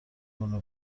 کنه